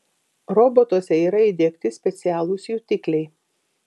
robotuose yra įdiegti specialūs jutikliai